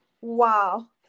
wow